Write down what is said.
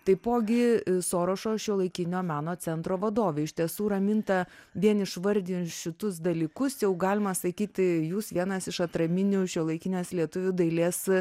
taipogi sorošo šiuolaikinio meno centro vadovė iš tiesų raminta vien išvardijant šituos dalykus jau galima sakyti jūs vienas iš atraminių šiuolaikinės lietuvių dailės